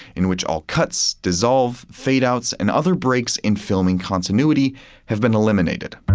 in which all cuts, dissolve, fade-outs, and other breaks in filming continuity have been eliminated.